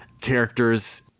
characters